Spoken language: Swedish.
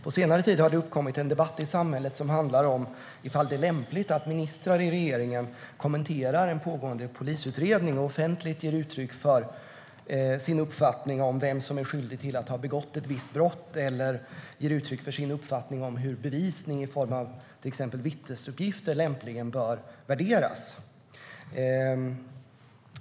På senare tid har det uppkommit en debatt i samhället som handlar om ifall det är lämpligt att ministrar i regeringen kommenterar en pågående polisutredning och offentligt ger uttryck för uppfattningar om vem som är skyldig till att ha begått ett visst brott eller uppfattningar om hur bevisning i form av till exempel vittnesuppgifter lämpligen bör värderas.